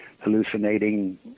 hallucinating